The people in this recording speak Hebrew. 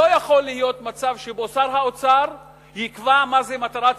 לא יכול להיות מצב שבו שר האוצר יקבע מה זו מטרה ציבורית,